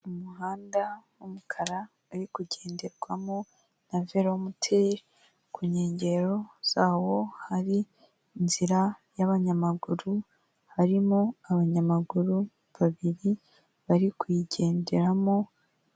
Umuhanda w'umukara uri kugenderwamo na velomoteri, ku nkengero zawo hari inzira y'abanyamaguru, harimo abanyamaguru babiri bari kuyigenderamo.